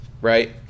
right